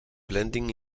blending